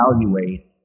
evaluate